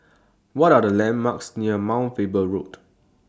What Are The landmarks near Mount Faber Road